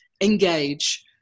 engage